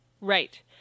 Right